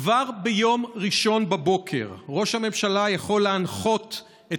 כבר ביום ראשון בבוקר ראש הממשלה יכול להנחות את